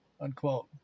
unquote